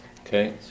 Okay